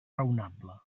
raonable